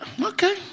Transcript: Okay